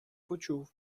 почув